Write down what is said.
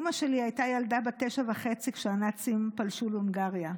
אימא שלי הייתה ילדה בת תשע וחצי כשהנאצים פלשו לגרמניה.